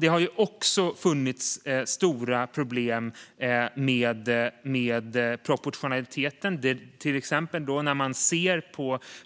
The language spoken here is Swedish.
Det har också funnits stora problem med proportionaliteten. Man kan till exempel